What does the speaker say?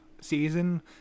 season